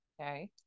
Okay